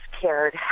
cared